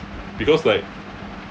because like